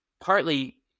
partly